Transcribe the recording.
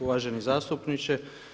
Uvaženi zastupniče.